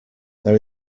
there